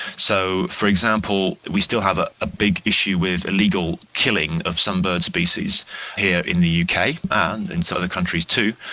so, for example, we still have a ah big issue with illegal killing of some bird species here in the uk and in some other countries too.